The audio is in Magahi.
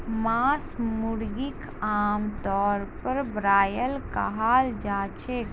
मांस मुर्गीक आमतौरत ब्रॉयलर कहाल जाछेक